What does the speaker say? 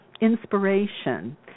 inspiration